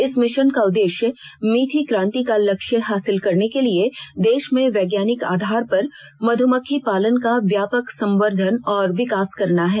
इस मिशन का उद्देश्य मीठी क्रांति का लक्ष्य हासिल करने के लिए देश में वैज्ञानिक आधार पर मधुमक्खी पालन का व्यापक संवर्द्धन और विकास करना है